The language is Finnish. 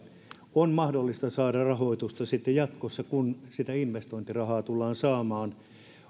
on mahdollista saada rahoitusta sitten jatkossa kun sitä investointirahaa tullaan saamaan